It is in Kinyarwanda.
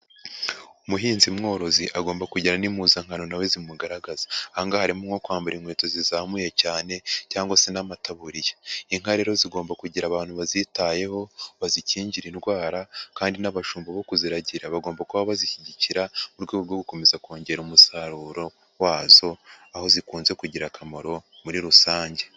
Umuhinzi mworozi agomba kujyana n'impuzankanro nawe we zimugaragaza. Ahangaha harimo nko kwambara inkweto zizamuye cyane cyangwa se n'amataburiya. Inka rero zigomba kugira abantu bazitayeho, bazikingire indwara kandi n'abashumba bo kuziragira bagomba kuba bazishyigikira mu rwego rwo gukomeza kongera umusaruro wazo aho zikunze kugira akamaro muri rusange.